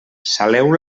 saleu